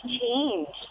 changed